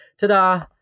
ta-da